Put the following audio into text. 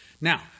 Now